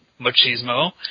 machismo